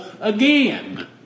again